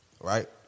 right